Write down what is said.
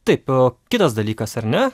taip o kitas dalykas ar ne